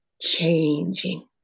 changing